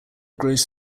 grows